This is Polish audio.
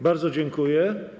Bardzo dziękuję.